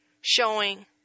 showing